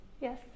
Yes